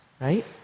right